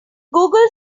google